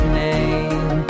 name